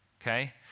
Okay